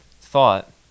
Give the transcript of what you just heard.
thought